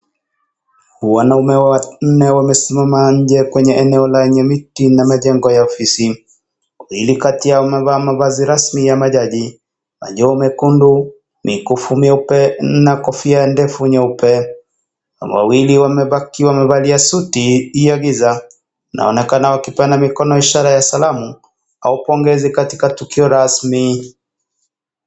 Wanaume wanne wamesimama nje kwenye eneo lenye miti na mijengo ya ofisi, wawili kati yao wamevaa mavazi rasmi ya majaji na nguo nyekundu mikufu meupe na kofia ndefu nyeupe, wawili wamebaki wamevalia suti ya giza inaonekana wakipeana mikono ishara ya salamu au pongezi katika tukio rasmi.